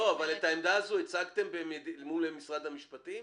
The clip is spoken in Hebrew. אני שואל אם את העמדה הזו הצגתם מול משרד המשפטים.